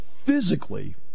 Physically